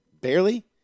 Barely